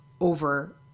over